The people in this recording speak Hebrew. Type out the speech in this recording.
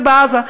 ובעזה,